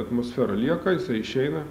atmosfera lieka jisai išeina